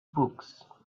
books